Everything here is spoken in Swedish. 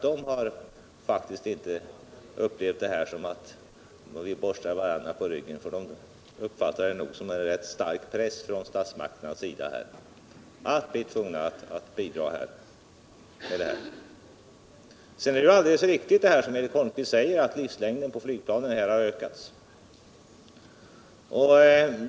Företagen har faktiskt inte upplevt det som att vi borstar varandra på ryggen, därför att de känner en stark press från statsmakternas sida när det gäller att svara för utvecklingskostnaderna. Det är riktigt, som Eric Holmqvist säger, att livslängden på flygplanen har ökat.